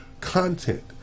content